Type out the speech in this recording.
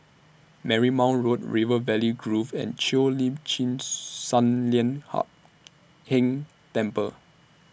Marymount Road River Valley Grove and Cheo Lim Chin Sun Lian Hup Keng Temple